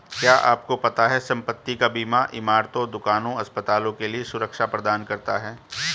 क्या आपको पता है संपत्ति का बीमा इमारतों, दुकानों, अस्पतालों के लिए सुरक्षा प्रदान करता है?